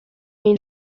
une